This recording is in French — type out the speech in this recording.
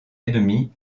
ennemis